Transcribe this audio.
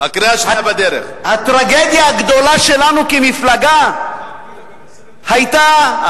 הטרגדיה הגדולה שלנו כמפלגה היתה,